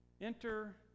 Enter